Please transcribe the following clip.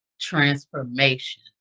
transformation